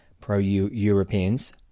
pro-Europeans